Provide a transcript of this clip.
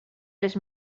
les